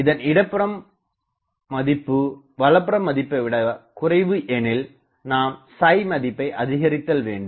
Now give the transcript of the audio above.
இதன் இடப்புற மதிப்பு வலப்புற மதிப்பைவிடக் குறைவு எனில் நாம் மதிப்பை அதிகரித்தல் வேண்டும்